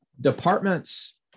departments